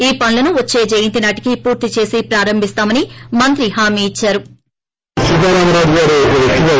ఈ పనులను వచ్చే జయంతి నాటికి పూర్తి చేసి ప్రారంభిస్తామని మంత్రి హామీ ఇచ్చారు